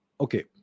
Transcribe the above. Okay